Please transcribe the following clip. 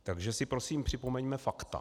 Takže si prosím připomeňme fakta.